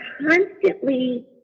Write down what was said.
constantly